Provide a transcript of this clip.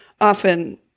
often